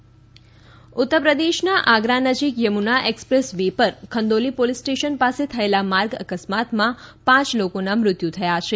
ઉત્તરપ્રદેશ અકસ્માત ઉત્તરપ્રદેશના આગરા નજીક યમુના એક્સપ્રેસ વે પર ખંદૌલી પોલીસ સ્ટેશન પાસે થયેલા માર્ગ અકસ્માતમાં પાંચ લોકોના મૃત્યુ થયા છે